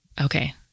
Okay